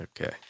Okay